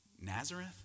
Nazareth